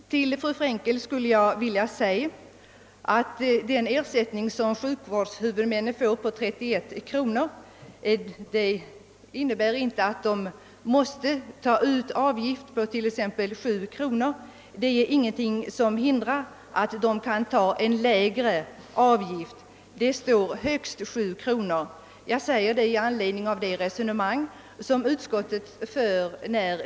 Till fru Frenkel skulle jag vilja säga att ersättningen på 31 kronor till sjukvårdshuvudmännen inte innebär att dessa måste ta ut en avgift på 7 kronor. Det är ingenting som hindrar att de tar ut en lägre avgift. Det föreskrivs endast att den avgiften som tas ut får vara högst 7 kronor.